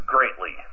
Greatly